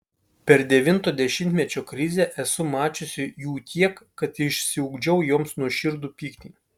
per devinto dešimtmečio krizę esu mačiusi jų tiek kad išsiugdžiau joms nuoširdų pyktį